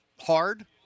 hard